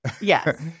Yes